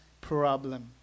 problem